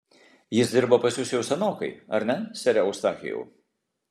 jis dirba pas jus jau senokai ar ne sere eustachijau